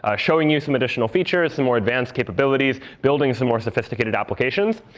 ah showing you some additional features, some more advanced capabilities, building some more sophisticated applications.